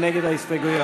מי נגד ההסתייגויות?